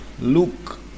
Luke